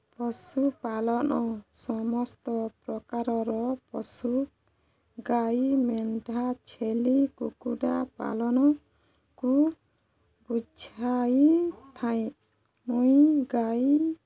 ପଶୁପାଳନ ସମସ୍ତ ପ୍ରକାରର ପଶୁ ଗାଈ ମେଣ୍ଢା ଛେଳି କୁକୁଡ଼ା ପାଳନକୁ ବୁଝାଇଥାଏ ମୁଇଁ ଗାଈ